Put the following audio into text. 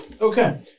Okay